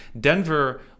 denver